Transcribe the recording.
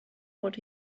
would